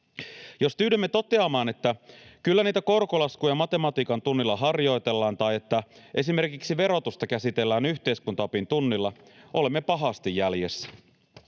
Jos tyydymme toteamaan, että kyllä niitä korkolaskuja matematiikan tunnilla harjoitellaan tai että esimerkiksi verotusta käsitellään yhteiskuntaopin tunnilla, olemme pahasti jäljessä.